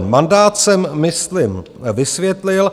Mandát jsem myslím vysvětlil.